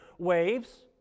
waves